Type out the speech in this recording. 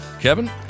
Kevin